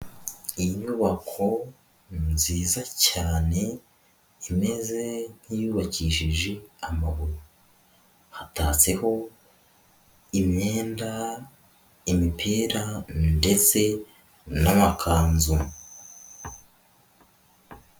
Inyubako nziza cyane, imeze nk'iyubakishije amabuye, hatatseho imyenda, imipira ndetse n'amakanzu.